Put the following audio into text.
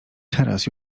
teraz